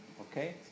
Okay